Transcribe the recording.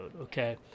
okay